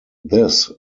this